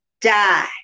die